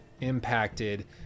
impacted